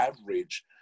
average